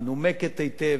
מנומקת היטב,